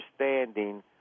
understanding